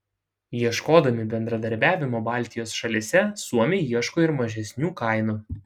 ieškodami bendradarbiavimo baltijos šalyse suomiai ieško ir mažesnių kainų